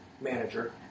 manager